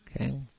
Okay